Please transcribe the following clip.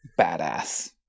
Badass